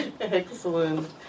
Excellent